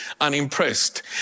unimpressed